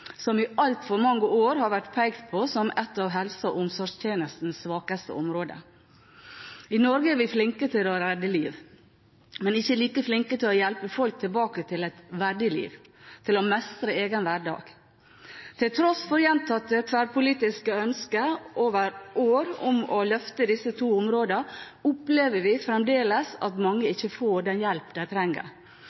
som i altfor mange år har vært pekt på som et av helse- og omsorgstjenestens svakeste områder. I Norge er vi flinke til å redde liv, men ikke like flinke til å hjelpe folk tilbake til et verdig liv, til å mestre egen hverdag. Til tross for gjentatte tverrpolitiske ønsker over år om å løfte disse to områdene, opplever vi fremdeles at mange ikke får den hjelpen de trenger.